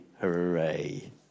hooray